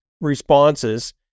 responses